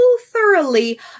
thoroughly